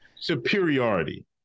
Superiority